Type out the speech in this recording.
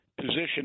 position